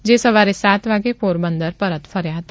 જે સવારે સાત વાગે પોરબંદર પરત ફર્યા હતા